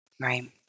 Right